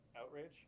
outrage